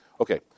Okay